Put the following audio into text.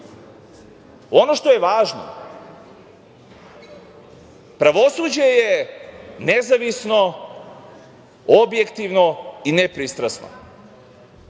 što je važno, pravosuđe je nezavisno, objektivno i nepristrasno